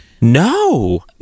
No